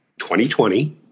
2020